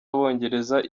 abongereza